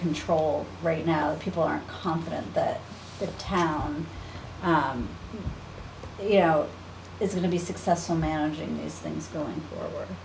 control right now people are confident that the town you know is going to be successful managing these things going